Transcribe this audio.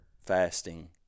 fasting